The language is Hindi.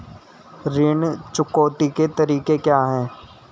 ऋण चुकौती के तरीके क्या हैं?